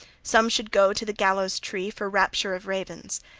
some should go to the gallows-tree for rapture of ravens.